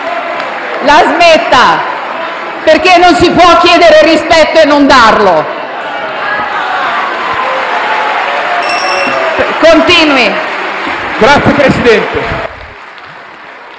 La smetta, perché non si può chiedere rispetto e non darlo.